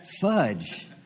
fudge